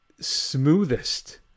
smoothest